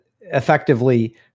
effectively